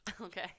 okay